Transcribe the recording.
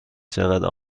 چقدر